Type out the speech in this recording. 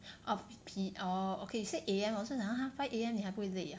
orh P orh okay you say A_M then 我就想说 !huh! five A_M 你还不会累 ah